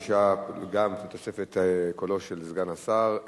6 גם בתוספת קולו של סגן השר,